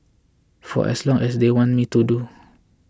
for as long as they want me to